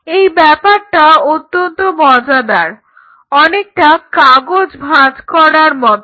এই ব্যাপারটা অত্যন্ত মজাদার অনেকটা কাগজ ভাঁজ করার মতো